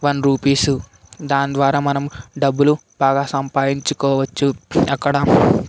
one rupees దాని ద్వారా మనం డబ్బులు బాగా సంపాదించుకోవచ్చు అక్కడ